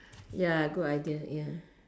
ya good idea ya